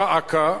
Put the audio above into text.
דא עקא,